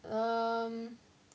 um